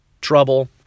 trouble